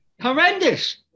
Horrendous